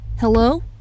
Hello